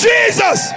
Jesus